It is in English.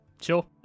sure